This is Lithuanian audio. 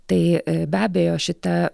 tai be abejo šita